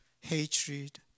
hatred